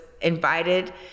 invited